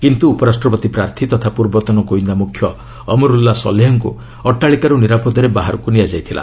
କିନ୍ତୁ ଉପରାଷ୍ଟ୍ରପତି ପ୍ରାର୍ଥୀ ତଥା ପୂର୍ବତନ ଗୋଇନ୍ଦା ମୁଖ୍ୟ ଅମର୍ଚ୍ଚଲ୍ଲା ସଲେହଙ୍କୁ ଅଟ୍ଟାଳିକାର୍ ନିରାପଦରେ ବାହାରକୁ ନିଆଯାଇଥିଲା